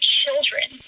children